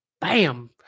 bam